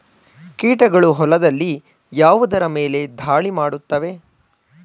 ಕೀಟಗಳು ಹೊಲದಲ್ಲಿ ಯಾವುದರ ಮೇಲೆ ಧಾಳಿ ಮಾಡುತ್ತವೆ?